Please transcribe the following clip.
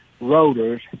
rotors